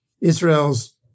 Israel's